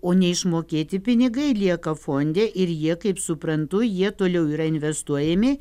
o neišmokėti pinigai lieka fonde ir jie kaip suprantu jie toliau yra investuojami